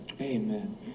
amen